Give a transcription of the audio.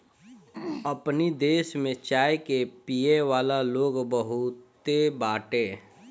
अपनी देश में चाय के पियेवाला लोग बहुते बाटे